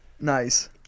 Nice